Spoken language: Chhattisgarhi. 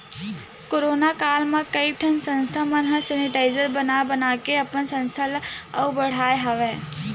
कोरोना काल म कइ ठन संस्था मन ह सेनिटाइजर बना बनाके अपन संस्था ल आघु बड़हाय हवय